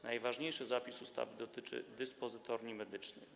Najważniejszy zapis ustawy dotyczy dyspozytorni medycznych.